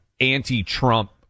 anti-Trump